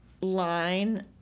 line